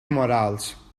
morals